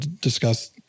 discuss